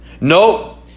No